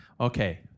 Okay